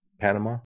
panama